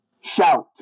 Shout